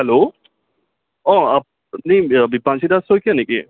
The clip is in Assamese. হেল্ল' অঁ আপুনি বিপাঞ্চি দাস শইকীয়া নেকি